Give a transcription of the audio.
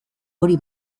hori